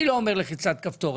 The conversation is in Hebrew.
אני לא אומר לחיצת כפתור,